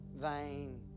vain